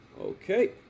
Okay